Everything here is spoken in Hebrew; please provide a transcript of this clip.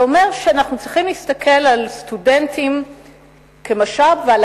זה אומר שאנחנו צריכים להסתכל על הסטודנטים כמשאב ועל